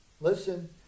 Listen